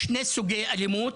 יש שני סוגי אלימות